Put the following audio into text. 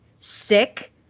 sick